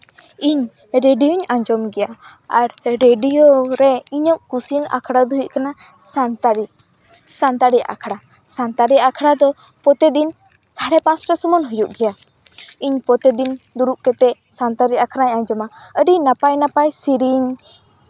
ᱤᱧ ᱨᱮᱰᱤᱭᱳᱧ ᱟᱸᱡᱚᱢ ᱜᱮᱭᱟ ᱟᱨ ᱨᱮᱰᱤᱭᱳ ᱨᱮ ᱤᱧᱟᱹᱜ ᱠᱩᱥᱤᱭᱟᱱ ᱟᱠᱷᱲᱟ ᱫᱚ ᱦᱩᱭᱩᱜ ᱠᱟᱱᱟ ᱥᱟᱱᱛᱟᱲᱤ ᱥᱟᱱᱛᱟᱲᱤ ᱟᱠᱷᱲᱟ ᱥᱟᱱᱛᱟᱲᱤ ᱟᱠᱷᱲᱟ ᱫᱚ ᱯᱨᱚᱛᱤ ᱫᱤᱱ ᱥᱟᱲᱮ ᱯᱟᱸᱪᱴᱟ ᱥᱚᱢᱚᱭ ᱦᱩᱭᱩᱜ ᱜᱮᱭᱟ ᱤᱧ ᱯᱨᱚᱛᱤ ᱫᱤᱱ ᱫᱩᱲᱩᱵ ᱠᱟᱛᱮᱫ ᱥᱟᱱᱛᱟᱲᱤ ᱟᱠᱷᱲᱟᱧ ᱟᱸᱡᱚᱢᱟ ᱟᱹᱰᱤ ᱱᱟᱯᱟᱭᱼᱱᱟᱯᱟᱭ ᱥᱮᱨᱮᱧ